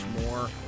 more